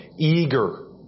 eager